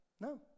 no